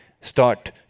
start